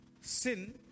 Sin